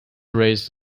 erased